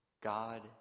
God